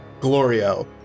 glorio